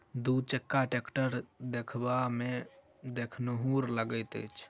दू चक्का टेक्टर देखबामे देखनुहुर लगैत अछि